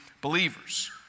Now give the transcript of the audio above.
believers